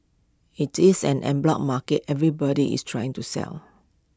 IT is an en bloc market everybody is trying to sell